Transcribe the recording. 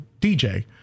DJ